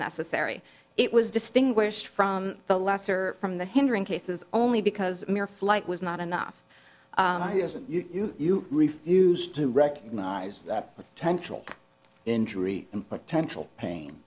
necessary it was distinguished from the lesser from the hindering cases only because mere flight was not enough you refused to recognize that tensional injury and potential pain